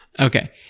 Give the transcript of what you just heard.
Okay